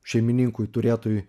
šeimininkui turėtojui